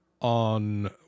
on